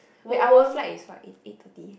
wait our flight is what eight eight thirty